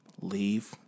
Leave